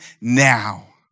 now